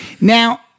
Now